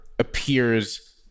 appears